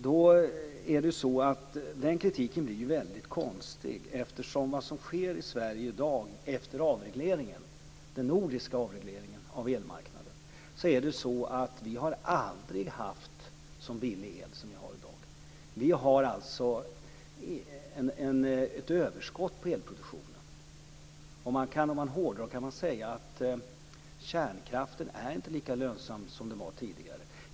Då är det så här: Den kritiken blir väldigt konstig, eftersom det som sker i Sverige i dag efter avregleringen - den nordiska avregleringen - av elmarknaden har inneburit att vi aldrig har haft så billig el som vi har i dag. Vi har alltså ett överskott i elproduktionen. Om man hårdrar kan man säga att kärnkraften inte är lika lönsam som den var tidigare.